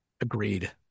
Agreed